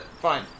fine